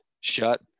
shut